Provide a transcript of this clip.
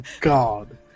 god